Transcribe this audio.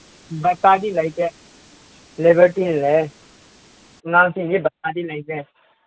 ꯕꯇꯥꯗꯤ ꯂꯩꯇꯦ ꯂꯤꯕꯔꯇꯤ ꯂꯩꯌꯦ ꯑꯉꯥꯡꯁꯤꯡꯒꯤ ꯕꯇꯥꯗꯤ ꯂꯩꯇꯦ